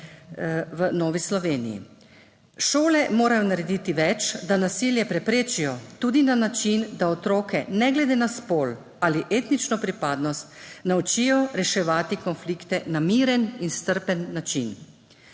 v Novi Sloveniji. Šole morajo narediti več, da nasilje preprečijo tudi na način, da otroke ne glede na spol ali etnično pripadnost naučijo reševati konflikte na miren in strpen način.